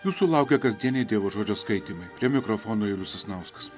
jūsų laukia kasdieniai dievo žodžio skaitymai prie mikrofono julius sasnauskas